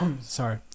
sorry